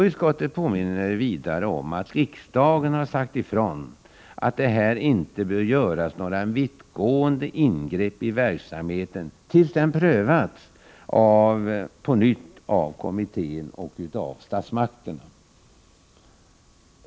Utskottet påminner vidare om att riksdagen har sagt ifrån att det inte bör göras mer vittgående ingrepp i verksamheten innan den prövats på nytt av kommittén och statsmakterna.